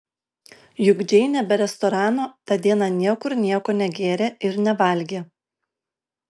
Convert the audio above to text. juk džeinė be restorano tą dieną niekur nieko negėrė ir nevalgė